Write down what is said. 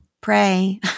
Pray